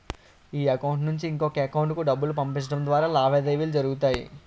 ఈ అకౌంట్ నుంచి ఇంకొక ఎకౌంటుకు డబ్బులు పంపించడం ద్వారా లావాదేవీలు జరుగుతాయి